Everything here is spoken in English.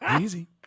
Easy